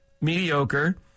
mediocre